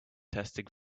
testing